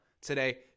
today